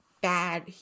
bad